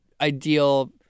ideal